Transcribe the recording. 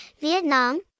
Vietnam